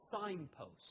signpost